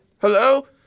hello